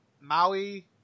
Maui